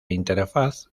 interfaz